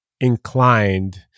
inclined